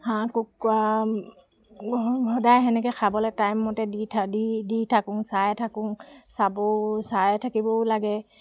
হাঁহ কুকুৰা সদায় সেনেকৈ খাবলৈ টাইমমতে দি দি থাকোঁ চাই থাকোঁ চাবও চাই থাকিবও লাগে